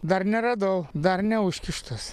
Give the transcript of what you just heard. dar neradau dar neužkištas